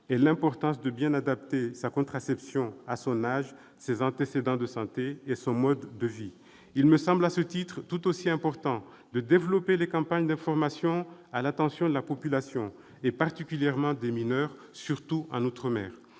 sur l'importance de bien adapter sa contraception à son âge, à ses antécédents de santé et à son mode de vie. Il me semble, à ce titre, tout aussi important de développer les campagnes d'information à l'attention de la population, particulièrement des mineurs, surtout en outre-mer.